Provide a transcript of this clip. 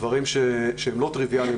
דברים שהם כלל לא טריביאליים.